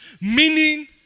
Meaning